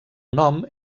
nom